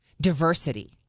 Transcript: diversity